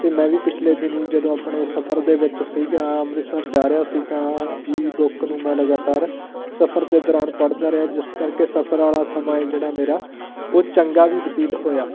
ਅਤੇ ਮੈਂ ਵੀ ਪਿਛਲੇ ਦਿਨੀਂ ਜਦੋਂ ਆਪਣੇ ਸਫਰ ਦੇ ਵਿੱਚ ਸੀਗਾ ਅੰਮ੍ਰਿਤਸਰ ਜਾ ਰਿਹਾ ਸੀ ਤਾਂ ਈ ਬੁੱਕ ਨੂੰ ਮੈਂ ਲਗਾਤਾਰ ਸਫਰ ਦੇ ਦੌਰਾਨ ਪੜ੍ਹਦਾ ਰਿਹਾ ਜਿਸ ਕਰਕੇ ਸਫਰ ਵਾਲਾ ਸਮਾਂ ਏ ਜਿਹੜਾ ਮੇਰਾ ਉਹ ਚੰਗਾ ਵੀ ਬਤੀਤ ਹੋਇਆ